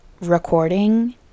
recording